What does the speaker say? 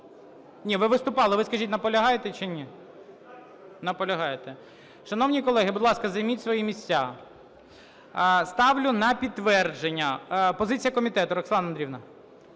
15? Ви виступали. Ви скажіть, наполягаєте чи ні? Наполягаєте. Шановні колеги, будь ласка, займіть свої місця. Ставлю на підтвердження. Позиція комітету – Роксолана Андріївна.